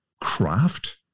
craft